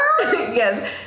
Yes